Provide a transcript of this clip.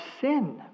sin